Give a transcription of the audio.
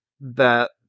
that-